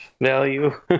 value